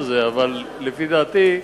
לפי דעתי,